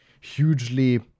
hugely